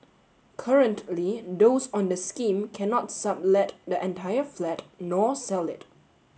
currently those on the scheme cannot sublet the entire flat nor sell it